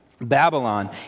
Babylon